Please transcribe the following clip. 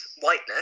whiteness